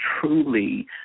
truly